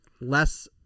less